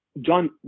John